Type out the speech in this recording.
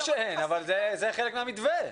ברור שאין, אבל זה חלק מן המתווה.